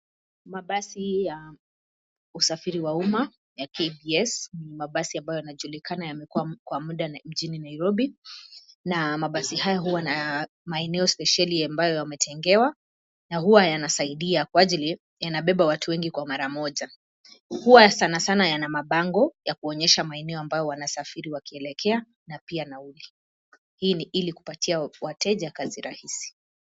Mabasi ya usafiri wa umma ya KBS ni mabasi ambayo yanajulikana yamekuwa kwa muda mjini Nairobi na mabasi hayo huwa na maeneo spesheli ambayo yametengewa na huwa yanasaidia kwa ajili yanabeba watu wengi kwa mara moja. Huwa sana sana yana mabango ya kuonyesha maeneo ambayo wanasafiri wakielekea na pia nauli. Hii ni ili kupatia wateja kazi rahisi.